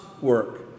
work